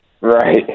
Right